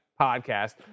podcast